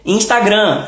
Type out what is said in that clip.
Instagram